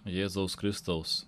jėzaus kristaus